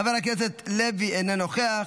חבר הכנסת לוי, אינו נוכח,